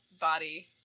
body